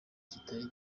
kitari